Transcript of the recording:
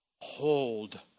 hold